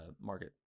market